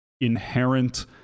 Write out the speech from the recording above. inherent